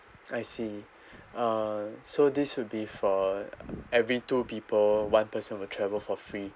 I see uh so this would be for every two people one person will travel for free